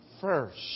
first